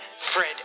Fred